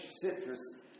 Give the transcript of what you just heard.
citrus